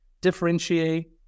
differentiate